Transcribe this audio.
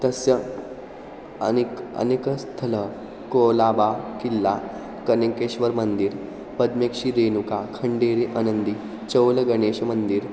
तस्य अनेक अनेकस्थलं कोलाबा किल्ला कनेकेश्वरमन्दिरं पद्मेक्षीरेनुका खण्डेरि अनन्दि चौलगणेशमन्दिरम्